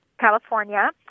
California